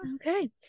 Okay